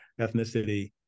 ethnicity